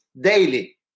daily